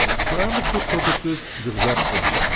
for amateur purposes this is excellent.